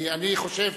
אני חושב,